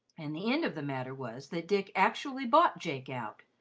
and the end of the matter was that dick actually bought jake out,